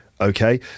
Okay